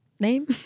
name